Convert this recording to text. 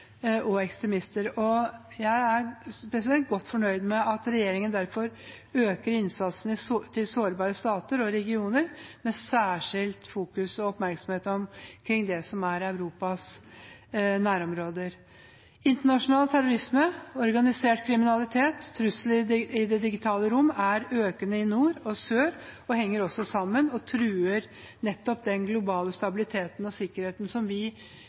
og ekstremister. Jeg er godt fornøyd med at regjeringen derfor øker innsatsen til sårbare stater og regioner, med særskilt fokusering på og oppmerksomhet omkring det som er Europas nærområder. Internasjonal terrorisme, organisert kriminalitet og trusler i det digitale rom er økende i nord og i sør og henger også sammen, og truer nettopp den globale stabiliteten og sikkerheten som vi